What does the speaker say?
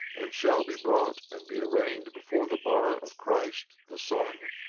and shall be brought and be arraigned before the bar of christ the son,